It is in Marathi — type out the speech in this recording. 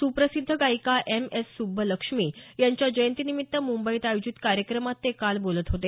सुप्रसिद्ध गायिका एम एस सुब्बलक्ष्मी यांच्या जयंतीनिमित्त मुंबईत आयोजित कार्यक्रमात ते काल बोलत होते